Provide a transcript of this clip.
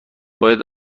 باید